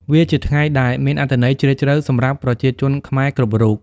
វាជាថ្ងៃដែលមានអត្ថន័យជ្រាលជ្រៅសម្រាប់ប្រជាជនខ្មែរគ្រប់រូប។